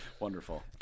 Wonderful